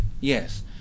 Yes